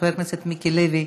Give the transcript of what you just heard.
חבר הכנסת מיקי לוי,